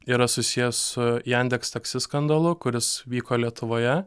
yra susijęs su jandeks taksi skandalu kuris vyko lietuvoje